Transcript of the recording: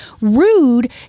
rude